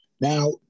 Now